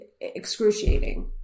excruciating